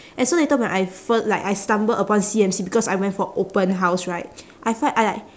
and so later when I fir~ like I stumbled upon C_M_C because I went for open house right I felt I like